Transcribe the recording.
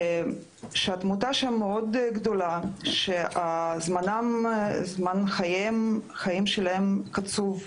שהתמותה שם מאוד גדולה, שזמן חייהם קצוב,